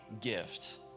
gift